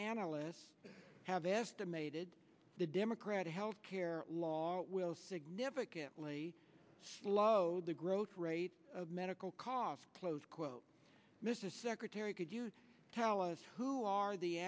analysts have estimated the democratic health care law will significantly slowed the growth rate of medical costs close quote mr secretary could you tell us who are the